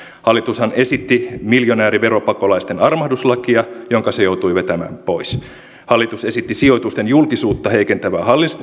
hallitushan esitti miljonääriveropakolaisten armahduslakia jonka se joutui vetämään pois ja hallitus esitti sijoitusten julkisuutta heikentävää